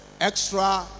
Extra